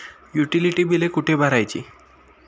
Utility बिले कुठे भरायची?